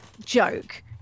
joke